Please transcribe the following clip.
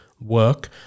work